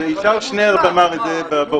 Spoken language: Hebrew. ישי שנרב אמר את זה.